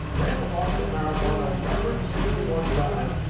ran the boston marathon a record sixty one times,